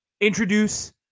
introduce